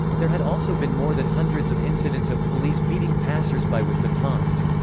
there had also been more than hundreds of incidents of police beating passers-by with batons.